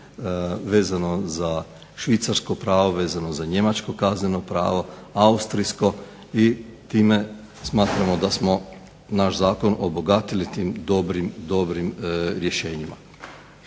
vezano za švicarsko pravo, vezano za njemačko kazneno pravo, austrijsko i time smatramo da smo naš zakon obogatili tim dobrim …/Loša snimka,